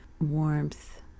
warmth